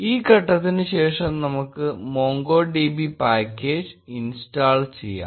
ഈ ഘട്ടത്തിനുശേഷം നമുക്ക് MongoDB പാക്കേജ് ഇൻസ്റ്റാൾ ചെയ്യാം